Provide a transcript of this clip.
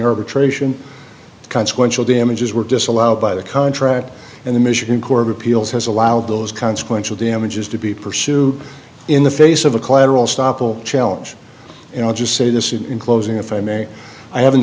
attrition consequential damages were disallowed by the contract and the mission core of appeals has allowed those consequential damages to be pursued in the face of a collateral stoppel challenge and i'll just say this in closing if i may i haven't